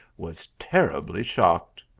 was terribly shocked.